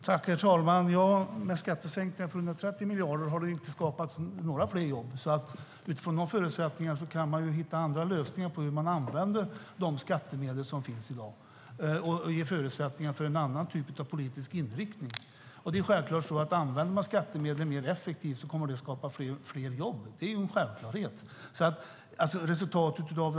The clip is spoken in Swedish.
Herr talman! Med skattesänkningar för 130 miljarder har det inte skapats några fler jobb. Man kan hitta andra lösningar på hur de skattemedel som finns i dag kan användas och ge förutsättningar för en annan typ av politisk inriktning. Det är en självklarhet att det kommer att skapas fler jobb om man använder skattemedel mer effektivt.